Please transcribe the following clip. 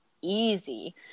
easy